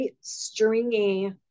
stringy